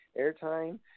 airtime